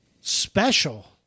special –